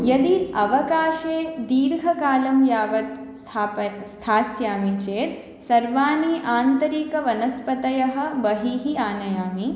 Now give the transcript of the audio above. यदि अवकाशे दीर्घकालं यावत् स्थाप् स्थास्यामि चेत् सर्वाणि आन्तरिक वनस्पतयः बहिः आनयामि